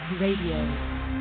Radio